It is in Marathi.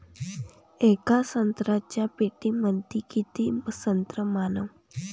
येका संत्र्याच्या पेटीमंदी किती संत्र मावन?